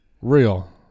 real